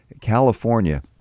California